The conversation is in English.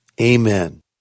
Amen